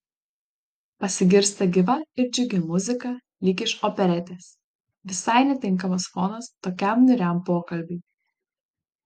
pasigirsta gyva ir džiugi muzika lyg iš operetės visai netinkamas fonas tokiam niūriam pokalbiui